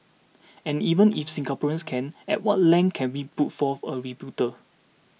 and even if Singaporeans can at what length can we put forth a rebuttal